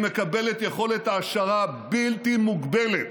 היא מקבלת יכולת העשרה בלתי מוגבלת,